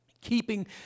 Keeping